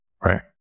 Right